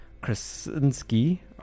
Krasinski